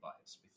bias